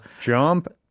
jump